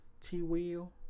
T-wheel